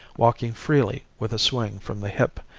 walking freely, with a swing from the hip,